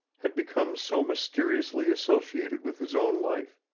had become so mysteriously associated with his own life,